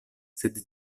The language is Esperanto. sed